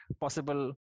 possible